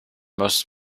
most